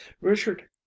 richard